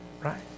Right